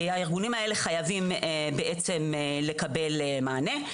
הארגונים האלה חייבים בעצם לקבל מענה.